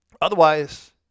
Otherwise